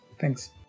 Thanks